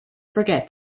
forget